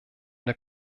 der